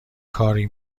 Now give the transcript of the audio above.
کاری